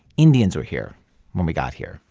indians were here when we got here.